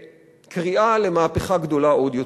בקריאה למהפכה גדולה עוד יותר.